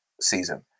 season